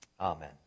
Amen